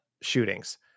shootings